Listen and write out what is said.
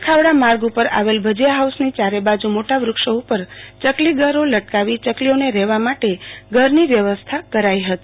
ભુજ ખાવડા માર્ગ ઉપર આવેલ ભજીયા હાઉસની ચારે બાજુ મોટા વૃક્ષો ઉપર ચકલીઘરો લટકાવી ચકલીઓને રહેવા માટે ઘરની વ્યવસ્થા કરાઇ હતી